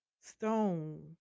stone